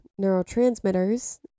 neurotransmitters